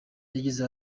yagize